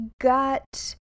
got